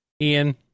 Ian